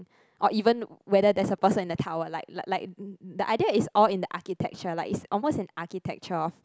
or even whether there's a person in the tower like like like the idea is all in the architecture like it's almost an architecture of